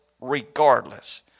regardless